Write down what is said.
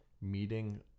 meeting